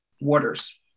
waters